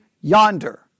yonder